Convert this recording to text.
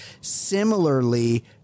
Similarly